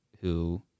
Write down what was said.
who-